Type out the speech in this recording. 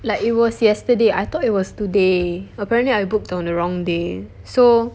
like it was yesterday I thought it was today apparently I booked on the wrong day so